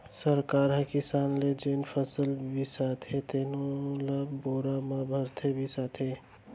सरकार ह किसान ले जेन फसल बिसाथे तेनो ल बोरा म भरके बिसाथे